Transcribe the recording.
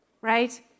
Right